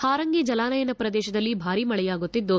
ಪಾರಂಗಿ ಜಲಾನಯನ ಪ್ರದೇಶದಲ್ಲಿ ಬಾರೀ ಮಳೆಯಾಗುತ್ತಿದ್ದು